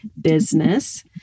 business